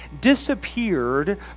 disappeared